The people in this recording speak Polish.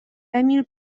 emil